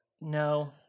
No